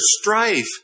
strife